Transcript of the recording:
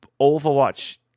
Overwatch